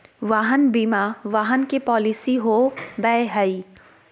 वाहन बीमा वाहन के पॉलिसी हो बैय हइ